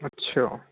ਅੱਛਾ